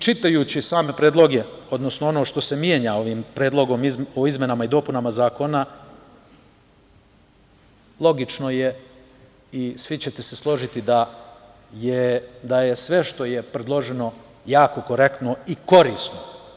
Čitajući same predloge, odnosno ono što se mene ovim Predlogom o izmenama i dopunama Zakona, logično je i svi ćete se složiti da je sve što je predloženo jako korektno i korisno.